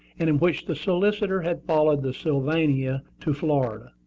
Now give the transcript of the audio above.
and in which the solicitor had followed the sylvania to florida.